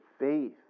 faith